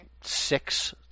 six